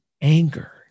Anger